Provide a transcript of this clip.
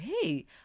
hey